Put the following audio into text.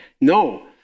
No